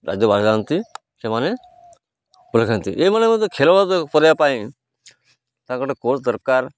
ରାଜ୍ୟ ବାହାର ଯାଆନ୍ତି ସେମାନେ ଏଇମାନେ ମଧ୍ୟ ଖେଳ କରିବା ପାଇଁ ତାଙ୍କ ଗୋଟେ କୋର୍ସ ଦରକାର